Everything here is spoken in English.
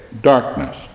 darkness